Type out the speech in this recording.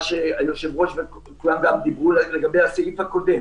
שהיושב-ראש וכולם דיברו לגבי הסעיף הקודם.